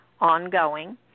ongoing